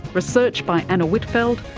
research by anna whitfeld,